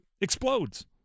explodes